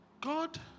God